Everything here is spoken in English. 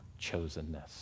chosenness